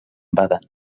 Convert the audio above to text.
baden